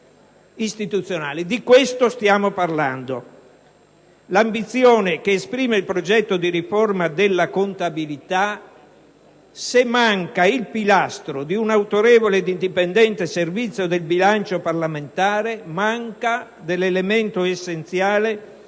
Di questo stiamo parliamo. L'ambizione che esprime il progetto di riforma della contabilità, se manca il pilastro di un autorevole ed indipendente Servizio del bilancio parlamentare, manca dell'elemento essenziale